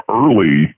early